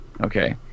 okay